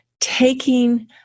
taking